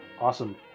Awesome